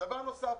דבר נוסף: